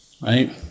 Right